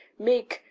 make,